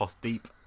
deep